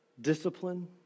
Discipline